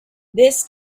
this